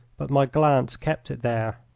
but my glance kept it there.